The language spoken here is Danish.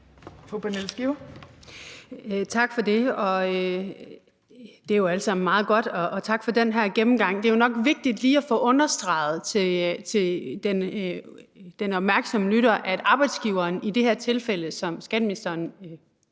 Tak for det. Det er jo alt sammen meget godt, og tak for den her gennemgang. Det er jo nok vigtigt lige at få understreget over for den opmærksomme lytter, at arbejdsgiveren, som skatteministeren